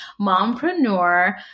mompreneur